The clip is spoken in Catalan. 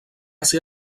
ser